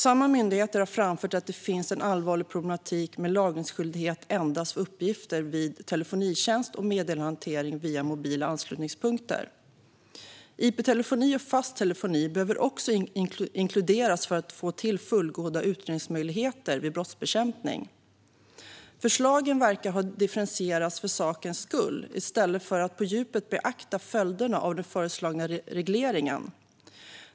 Samma myndigheter har framfört att det finns en allvarlig problematik med lagringsskyldighet endast för uppgifter vid telefonitjänst och meddelandehantering via mobila anslutningspunkter. Ip-telefoni och fast telefoni behöver också inkluderas för att få till fullgoda utredningsmöjligheter vid brottsbekämpning. Man verkar ha differentierat förslagen för sakens skull, i stället för att på djupet beakta följderna av den föreslagna regleringen.